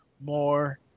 more